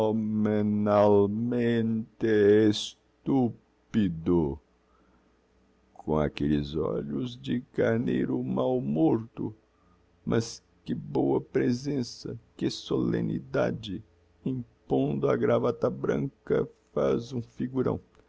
tupido com aquelles olhos de carneiro mal morto mas que boa presença que solemnidade em pondo a gravata branca faz um figurão